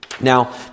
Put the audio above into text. Now